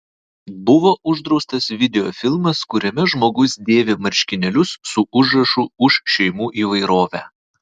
buvo uždraustas videofilmas kuriame žmogus dėvi marškinėlius su užrašu už šeimų įvairovę